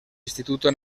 instituto